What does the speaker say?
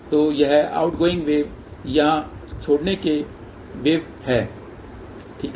तो यह जावकoutgoing वेव या छोड़ने की वेव है ठीक है